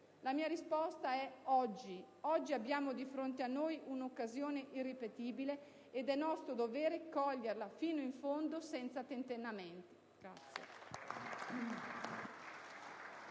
La mia risposta è: oggi. Oggi abbiamo di fronte a noi un'occasione irripetibile ed è nostro dovere coglierla fino in fondo, senza tentennamenti!